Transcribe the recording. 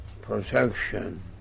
protection